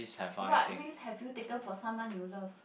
what risk have you taken for someone you love